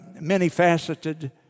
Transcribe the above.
many-faceted